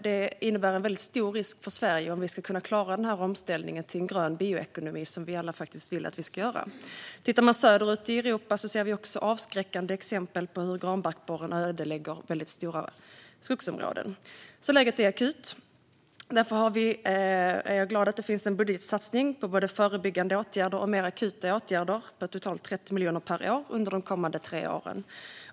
Det innebär en väldigt stor risk för Sverige. Det handlar om att vi ska kunna klara omställningen till en grön bioekonomi, som vi alla vill att vi ska göra. Tittar vi söderut i Europa ser vi avskräckande exempel på hur granbarkborren ödelägger väldigt stora skogsområden. Läget är akut. Därför är jag glad att det finns en budgetsatsning på både förebyggande åtgärder och mer akuta åtgärder på totalt 30 miljoner per år under de kommande tre åren.